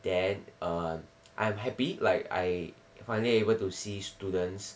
then um I'm happy like I finally able to see students